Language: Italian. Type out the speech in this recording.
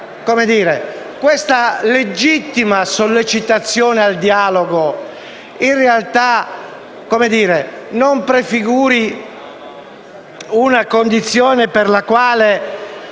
questa legittima sollecitazione al dialogo in realtà non prefiguri una condizione per la quale